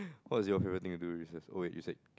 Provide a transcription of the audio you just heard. what is it your favourite thing to do during recess oh you said